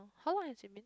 how long has it been